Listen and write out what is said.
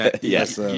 Yes